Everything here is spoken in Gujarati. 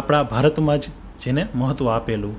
આપણા ભારતમાં જ જેને મહત્વ આપેલું